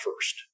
first